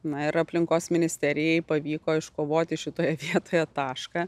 na ir aplinkos ministerijai pavyko iškovoti šitoje vietoje tašką